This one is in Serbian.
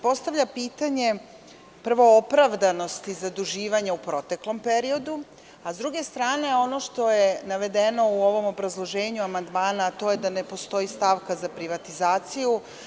Postavlja se pitanje, prvo opravdanosti zaduživanja u proteklom periodu, a sa druge strane, ono što je navedeno u ovom obrazloženju amandmana, a to je da ne postoji stavka za privatizaciju.